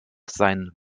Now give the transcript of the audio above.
sein